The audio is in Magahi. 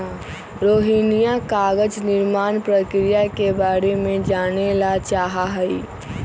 रोहिणीया कागज निर्माण प्रक्रिया के बारे में जाने ला चाहा हई